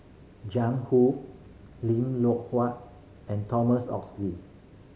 Jiang Hu Lim Loh Huat and Thomas Oxle